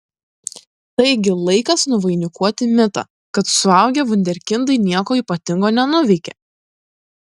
taigi laikas nuvainikuoti mitą kad suaugę vunderkindai nieko ypatingo nenuveikia